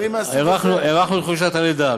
הארכנו את חופשת הלידה.